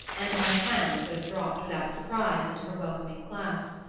and my hand would have dropped without surprise into her welcoming clasp.